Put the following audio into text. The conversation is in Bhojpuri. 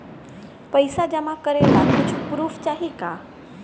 पैसा जमा करे ला कुछु पूर्फ चाहि का?